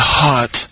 hot